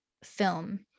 Film